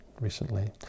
recently